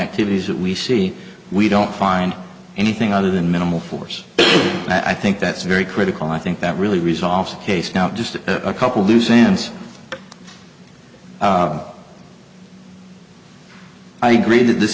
activities that we see we don't find anything other than minimal force and i think that's very critical i think that really resolves case now just a couple loose ends i agreed that this